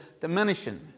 diminishing